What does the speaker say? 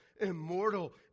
immortal